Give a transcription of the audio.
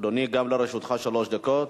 אדוני, גם לרשותך שלוש דקות,